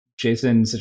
Jason